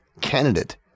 candidate